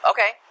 Okay